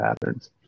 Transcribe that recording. patterns